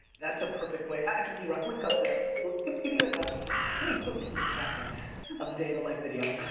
that's a perfect way, actually, drock, link up there. like give give me like a, give me thirteen seconds of the day in the life video.